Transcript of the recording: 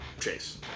chase